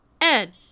Ed